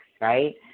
Right